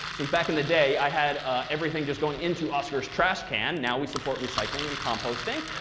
since back in the day, i had everything just going into oscar's trash can. now we support recycling and composting.